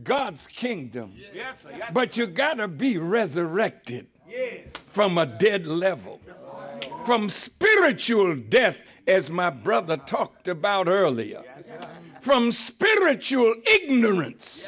god's kingdom but you're gonna be resurrected from a dead level from spiritual death as my brother talked about earlier from spiritual ignorance